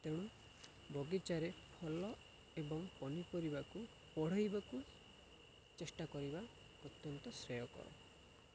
ତେଣୁ ବଗିଚାରେ ଫଳ ଏବଂ ପନିପରିବାକୁ ବଢ଼େଇବାକୁ ଚେଷ୍ଟା କରିବା ଅତ୍ୟନ୍ତ ଆବଶ୍ୟକ